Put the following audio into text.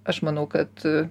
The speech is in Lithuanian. aš manau kad